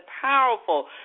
powerful